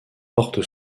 porte